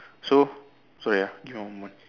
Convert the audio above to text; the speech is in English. so sorry ah give me one moment